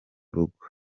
rugo